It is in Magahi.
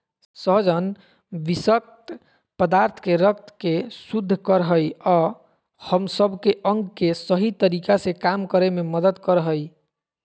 सहजन विशक्त पदार्थ के रक्त के शुद्ध कर हइ अ हम सब के अंग के सही तरीका से काम करे में मदद कर हइ